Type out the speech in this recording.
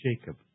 Jacob